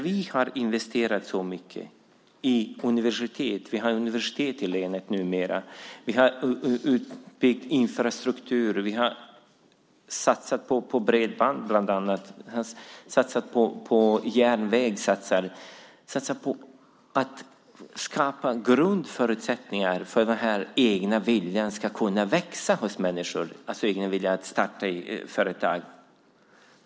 Vi har investerat så mycket i universitet. Vi har universitet i länet numera, vi har utbyggd infrastruktur, vi har bland annat satsat på bredband och vi har satsat på järnväg. Vi har satsat på att skapa grundförutsättningar för att den egna viljan att starta företag ska kunna växa hos människor.